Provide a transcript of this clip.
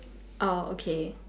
ah okay